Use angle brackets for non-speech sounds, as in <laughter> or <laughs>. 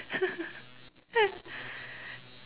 <laughs>